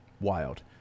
wild